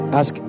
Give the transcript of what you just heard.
ask